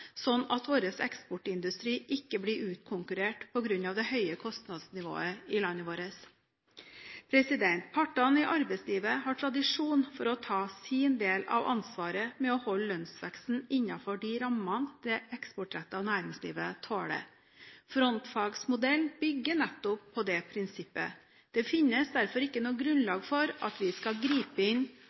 at vår eksportindustri ikke blir utkonkurrert på grunn av det høye kostnadsnivået i landet vårt. Partene i arbeidslivet har tradisjon for å ta sin del av ansvaret med å holde lønnsveksten innenfor de rammene det eksportrettede næringslivet tåler. Frontfagsmodellen bygger nettopp på det prinsippet. Det finnes derfor ikke noe grunnlag for at vi skal gripe inn